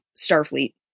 Starfleet